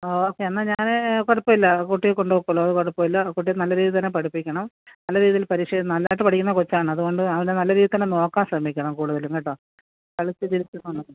okay എന്നാ ഞാനേ കുഴപ്പം ഇല്ല കുട്ടിയെ കൊണ്ടുപൊയ്ക്കോളൂ അത് കുഴപ്പം ഇല്ല കുട്ടിയെ നല്ല രീതിയിൽ തന്നെ പഠിപ്പിക്കണം നല്ല രീതിയില് പരീക്ഷ എഴുതുന്ന നന്നായിട്ട് പഠിക്കുന്ന കൊച്ചാണ് അതുകൊണ്ട് അവനെ നല്ല രീതിയിൽ തന്നെ നോക്കാന് ശ്രമിക്കണം കൂടുതലും കേട്ടോ കളിച്ചു ചിരിച്ച്